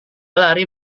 lari